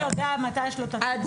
השופט יודע עד מתי יש לו את הצימוד,